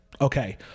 Okay